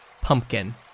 pumpkin